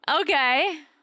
Okay